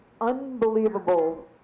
unbelievable